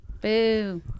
Boo